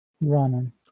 running